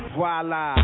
Voila